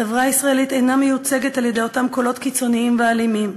החברה הישראלית אינה מיוצגת על-ידי אותם קולות קיצוניים ואלימים.